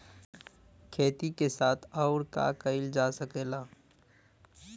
खेती के साथ अउर का कइल जा सकेला?